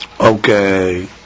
Okay